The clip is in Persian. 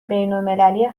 بینالمللی